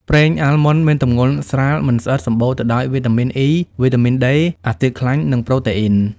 ប្រេងអាល់ម៉ុន មានទម្ងន់ស្រាល មិនស្អិត សម្បូរទៅដោយវីតាមីន អុី (E) វីតាមីន ដេ (D) អាស៊ីដខ្លាញ់ និងប្រូតេអ៊ីន។